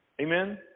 Amen